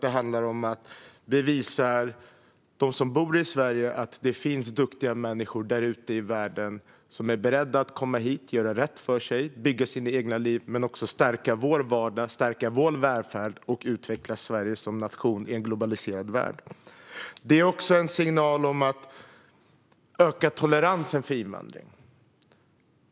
Det visar för dem som bor i Sverige att det finns duktiga människor där ute i världen som är beredda att komma hit, göra rätt för sig, bygga sina egna liv men också stärka vår vardag, stärka vår välfärd och utveckla Sverige som nation i en globaliserad värld. Det är också en signal om att öka toleransen för invandring.